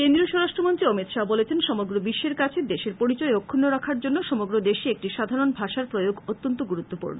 কেন্দ্রীয় স্বরাষ্ট্রমন্ত্রী অমিত শাহ বলেছেন সমগ্র বিশ্বের কাছে দেশের পরিচয় অক্ষুন্ন রাখার জন্য সমগ্র দেশে একটি সাধারণ ভাষার প্রয়োগ অত্যন্ত গুরুতুপূর্ণ